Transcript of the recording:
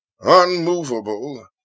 unmovable